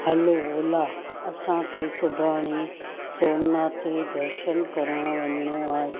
हलो ओला असांखे सुभाणे सोमनाथ जे दर्शन करणु वञिणो आहे